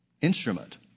instrument